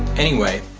anyway